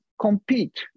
compete